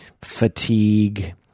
fatigue